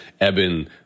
Eben